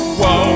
whoa